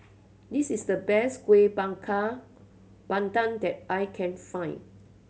this is the best Kueh Bakar Pandan that I can find